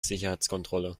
sicherheitskontrolle